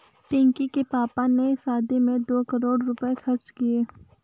पिंकी के पापा ने शादी में दो करोड़ रुपए खर्च किए